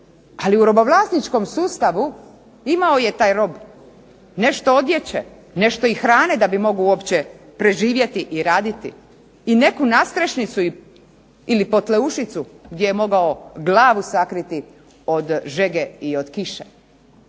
Ali u robovlasničkom sustavu imao je taj rob nešto odjeće, nešto i hrane da bi uopće mogao preživjeti i raditi i neku nadstrešnicu ili potleušicu gdje je mogao glavu sakriti i od žege i od kiše.